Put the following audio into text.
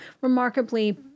remarkably